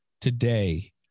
today